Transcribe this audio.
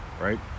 right